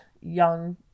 young